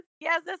yes